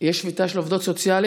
יש שביתה של עובדות סוציאליות,